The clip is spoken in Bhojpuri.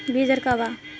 बीज दर का वा?